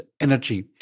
energy